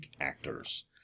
actors